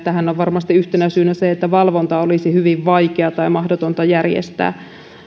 tähän on varmasti yhtenä syynä se että valvonta olisi hyvin vaikeata ja mahdotonta järjestää